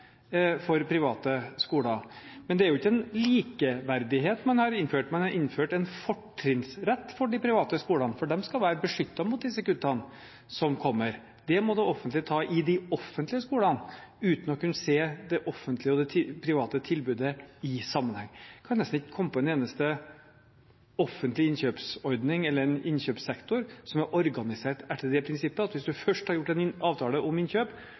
for private skoler. Men det er ikke en likeverdighet man har innført. Man har innført en fortrinnsrett for de private skolene, for de skal være beskyttet mot de kuttene som kommer. Det må det offentlige ta i de offentlige skolene uten å kunne se det offentlige og private tilbudet i sammenheng. Jeg kan nesten ikke komme på en eneste offentlig innkjøpsordning eller en innkjøpssektor som er organisert etter det prinsippet, at hvis en først har gjort en avtale om innkjøp,